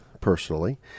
personally